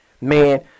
man